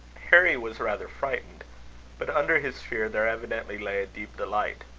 harry was rather frightened but under his fear, there evidently lay a deep delight.